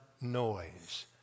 noise